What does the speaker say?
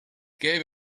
gave